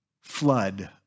flood